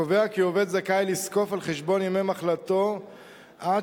קובע כי עובד זכאי לזקוף על חשבון ימי מחלתו עד